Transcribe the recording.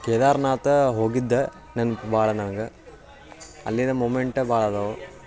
ಕೇದಾರನಾಥ ಹೋಗಿದ್ದೆ ನೆನ್ಪು ಭಾಳ ನನಗೆ ಅಲ್ಲಿನ ಮೂಮೆಂಟೇ ಭಾಳ ಅದಾವು